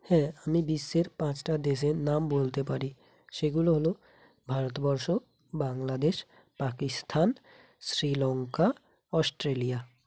হ্যাঁ আমি বিশ্বের পাঁচটা দেশের নাম বলতে পারি সেগুলো হলো ভারতবর্ষ বাংলাদেশ পাকিস্তান শ্রীলঙ্কা অস্ট্রেলিয়া